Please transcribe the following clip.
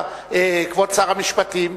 צודק כבוד שר המשפטים,